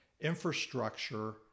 infrastructure